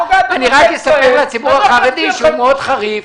אני רק אספר לציבור החרדי, שהוא מאוד חריף,